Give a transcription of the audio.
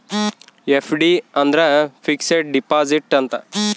FD ಅಂದ್ರ fixed deposit ಅಂತ